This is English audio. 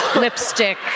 lipstick